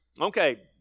okay